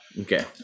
okay